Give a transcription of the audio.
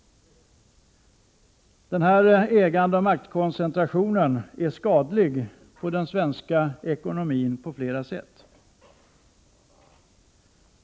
Den här ägandeoch maktkoncentrationen är skadlig för den svenska ekonomin på flera sätt.